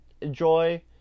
enjoy